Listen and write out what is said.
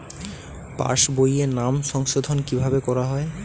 পাশ বইয়ে নাম সংশোধন কিভাবে করা হয়?